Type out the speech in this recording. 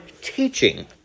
teaching